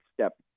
step